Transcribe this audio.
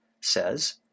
says